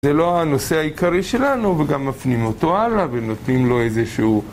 זה לא הנושא העיקרי שלנו, וגם מפנים אותו הלאה, ונותנים לו איזשהו...